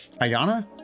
Ayana